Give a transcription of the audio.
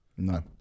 no